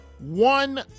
One